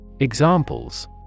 Examples